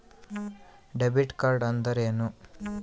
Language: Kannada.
ಡೆಬಿಟ್ ಕಾರ್ಡ್ ಅಂದ್ರೇನು?